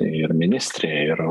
ir ministrė ir